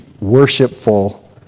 worshipful